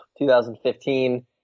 2015